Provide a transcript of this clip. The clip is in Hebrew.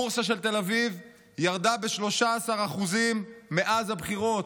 הבורסה של תל אביב ירדה ב-13% מאז הבחירות.